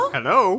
Hello